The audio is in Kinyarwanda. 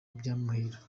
ntibyamuhira